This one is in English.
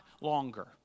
longer